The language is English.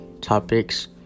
Topics